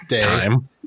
time